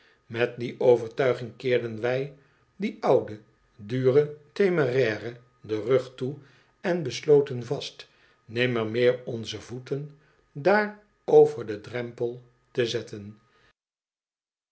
met die overtuiging keerden wij die oude dure terneraire den rug toe en besloten vast nimmer meer onze voeten daar over den drempel te zetten